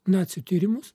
nacių tyrimus